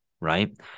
right